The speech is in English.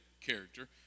character